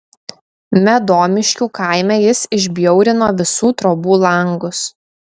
medomiškių kaime jis išbjaurino visų trobų langus